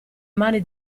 mani